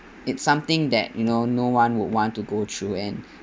it's something that you know no one would want to go through and